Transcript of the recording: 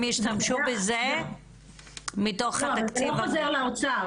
הם ישתמשו בזה מתוך התקציב --- זה לא חוזר לאוצר,